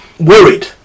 Worried